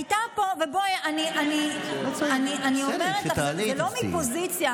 הייתה פה, אני אומרת לך, זה לא מפוזיציה.